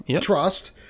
Trust